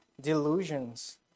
delusions